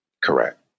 Correct